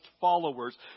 followers